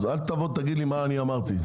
אל תבוא ותגיד לי מה אמרתי.